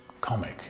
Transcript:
comic